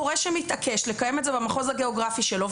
הורה שמתעקש לקיים את זה במחוז הגיאוגרפי שלו,